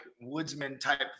woodsman-type